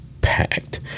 packed